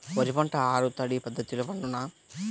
వరి పంట ఆరు తడి పద్ధతిలో పండునా?